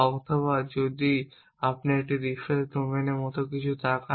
অথবা যদি আপনি একটি ব্রিফকেস ডোমেন মত কিছু তাকান